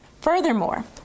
Furthermore